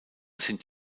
sind